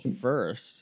first